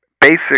basic